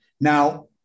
Now